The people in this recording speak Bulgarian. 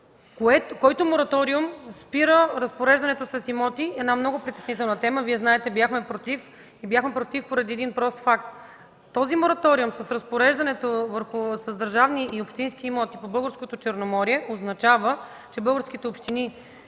който мораториум спира разпореждането с имоти. Това е една много притеснителна тема. Вие знаете – бяхме против. Бяхме против, поради един прост факт: този мораториум с разпореждането върху държавни и общински имоти по Българското Черноморие означава, че българските общини,